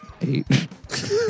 eight